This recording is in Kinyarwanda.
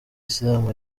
isilamu